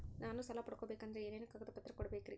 ನಾನು ಸಾಲ ಪಡಕೋಬೇಕಂದರೆ ಏನೇನು ಕಾಗದ ಪತ್ರ ಕೋಡಬೇಕ್ರಿ?